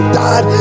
dad